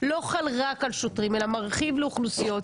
לא חל רק על שוטרים אלא מרחיב לאוכלוסיות,